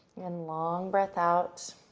and long breath out.